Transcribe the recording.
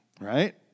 Right